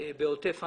לעוטף עזה.